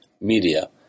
media